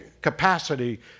capacity